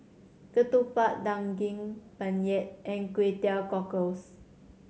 ketupat Daging Penyet and Kway Teow Cockles